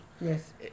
Yes